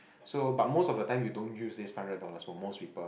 so but most of the time you don't use this five hundred dollars for most people